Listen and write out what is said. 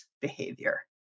behavior